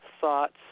thoughts